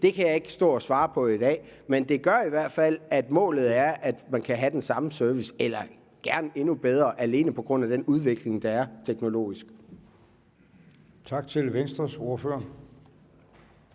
kan jeg ikke stå og svare på i dag, men det gør i hvert fald, at målet er, at man kan have den samme service eller gerne endnu bedre alene på grund af den udvikling, der er teknologisk. Kl. 11:02 Formanden: Tak til Venstres ordfører.